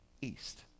east